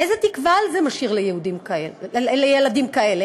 איזו תקווה זה משאיר לילדים כאלה?